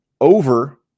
over